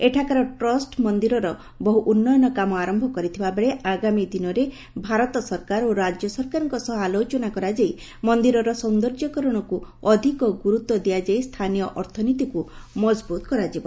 ଏଠାକାର ଟ୍ରଷ୍ଟ ମନିରର ବହୁ ଉନ୍ନୟନ କାମ ଆର ବେଳେ ଆଗାମୀ ଦିନରେ ଭାରତ ସରକାର ଓ ରାଜ୍ୟ ସରକାରଙ୍କ ସହ ଆଲୋଚନା କରାଯାଇ ମନିରର ସୌନ୍ଦର୍ଯ୍ୟକରଣକୁ ଅଧିକ ଗୁରୁତ୍ୱ ଦିଆଯାଇ ସ୍ଥାନୀୟ ଅର୍ଥନୀତିକୁ ମଜବୁତ କରାଯିବ